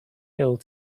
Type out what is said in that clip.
ill